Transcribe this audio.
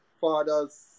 father's